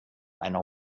einer